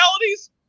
realities